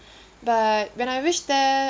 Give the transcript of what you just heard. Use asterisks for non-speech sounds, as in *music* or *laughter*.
*breath* but when I reached there